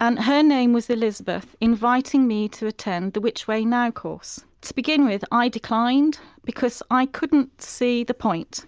and her name was elizabeth, inviting me to attend the which way now course. to begin with i declined because i couldn't see the point.